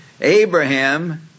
abraham